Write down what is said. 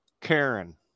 Karen